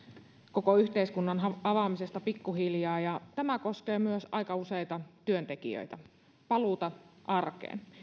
koko yhteiskunnan avaamisesta pikkuhiljaa ja tämä koskee myös aika useita työntekijöitä paluuta arkeen